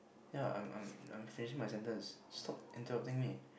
ya I'm I'm I'm finishing my sentence stop interrupting me